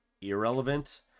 irrelevant